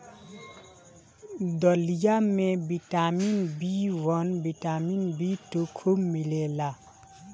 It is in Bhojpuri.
दलिया में vitamin B one, vitamin B two खूब मिलेला